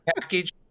package